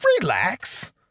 relax